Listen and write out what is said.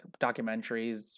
documentaries